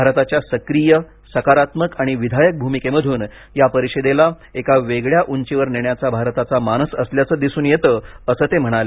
भारताच्या सक्रिय सकारात्मक आणि विधायक भूमिकेमधून या परिषदेला एका वेगळ्या उंचीवर नेण्याचा भारताचा मानस असल्याचं दिसून येतं असं ते म्हणाले